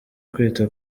kwita